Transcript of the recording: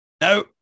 No